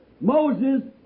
Moses